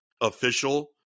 official